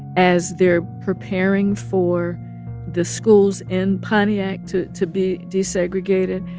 as they're preparing for the schools in pontiac to to be desegregated,